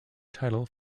title